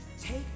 Take